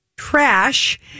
Trash